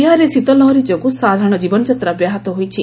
ବିହାରରେ ଶୀତଲହରୀ ଯୋଗୁଁ ସାଧାରଣ ଜୀବନଯାତ୍ରା ବ୍ୟାହତ ହୋଇଛି